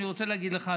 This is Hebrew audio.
אני רוצה להגיד לך,